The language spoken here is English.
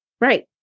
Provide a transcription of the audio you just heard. Right